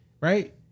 right